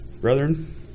Brethren